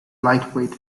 lightweight